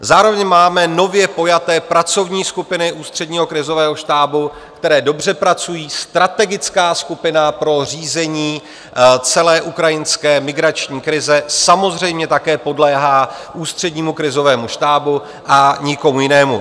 Zároveň máme nově pojaté pracovní skupiny Ústředního krizového štábu, které dobře pracují, strategická skupina pro řízení celé ukrajinské migrační krize samozřejmě také podléhá Ústřednímu krizovému štábu a nikomu jinému.